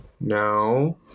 No